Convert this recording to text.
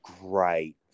great